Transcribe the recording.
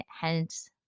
Hence